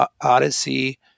Odyssey